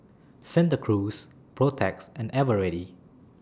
Santa Cruz Protex and Eveready